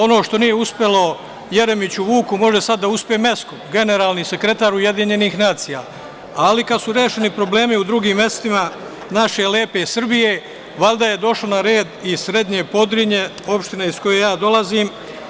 Ono što nije uspelo Jeremiću Vuku, može sad da uspe generalnom sekretaru UN, ali kad su rešeni problemi u drugim mestima naše lepe Srbije, valjda je došlo na red i Srednje Podrinje, opštine iz koje dolazim.